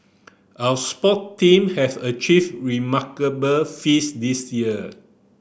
our sport team have achieved remarkable feats this year